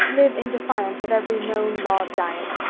live in defiance of every known law of diet.